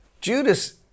Judas